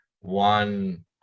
one